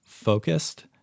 focused